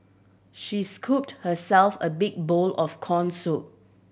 she scooped herself a big bowl of corn soup